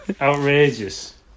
outrageous